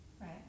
right